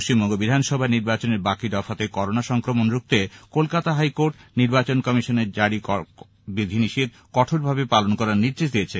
পশ্চিমবঙ্গের বিধানসভা নির্বাচনের বাকি দফাতে করোনা সংক্রমণ রুখতে কলকাতা হাইকোর্ট এব্যপারে নির্বাচন কমিশনের জারি করা বিধি নিষেধ কঠোরভাবে পালন করার নির্দেশ দিয়েছে